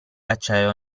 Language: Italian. acciaio